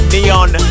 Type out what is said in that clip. Neon